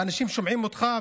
ואנשים שומעים אותך,